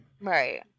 Right